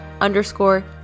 underscore